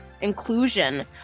inclusion